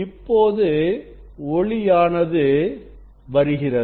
இப்பொழுது ஒளியானது வருகிறது